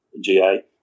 GA